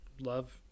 love